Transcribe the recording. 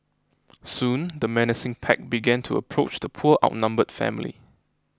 soon the menacing pack began to approach the poor outnumbered family